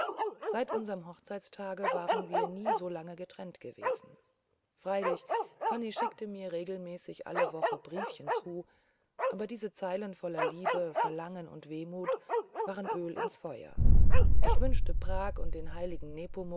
seit unserm hochzeitstage waren wir nie so lange getrennt gewesen freilich fanny schickte mir regelmäßig alle wochen briefchen zu aber diese zeilen voller liebe verlangen und wehmut waren öl ins feuer ich wünschte prag und den heiligen